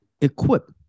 equip